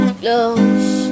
close